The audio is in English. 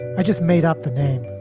i just made up the name.